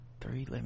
three